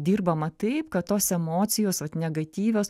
dirbama taip kad tos emocijos vat negatyvios